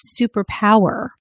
superpower